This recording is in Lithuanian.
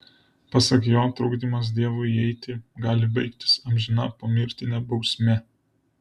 pasak jo trukdymas dievui įeiti gali baigtis amžina pomirtine bausme